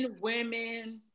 women